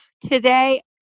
Today